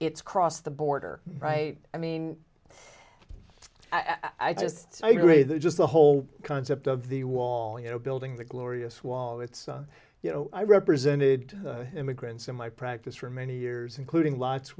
it's crossed the border right i mean i just i agree that just the whole concept of the wall you know building the glorious wall it's you know i represented immigrants in my practice for many years including lots